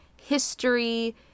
history